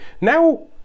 Now